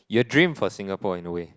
your dream for Singapore in the way